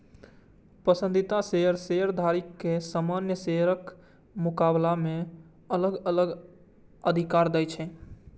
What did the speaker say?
पसंदीदा शेयर शेयरधारक कें सामान्य शेयरक मुकाबला मे अलग अलग अधिकार दै छै